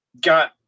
got